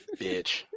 bitch